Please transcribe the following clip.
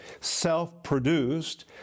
self-produced